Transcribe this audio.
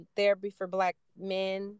TherapyForBlackMen